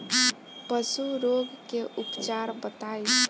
पशु रोग के उपचार बताई?